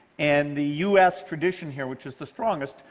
and the u s. tradition here, which is the strongest,